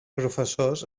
professors